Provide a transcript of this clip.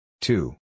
two